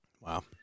Wow